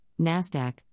NASDAQ